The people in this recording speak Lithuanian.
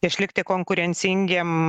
išlikti konkurencingiem